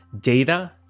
data